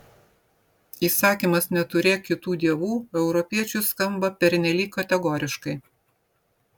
įsakymas neturėk kitų dievų europiečiui skamba pernelyg kategoriškai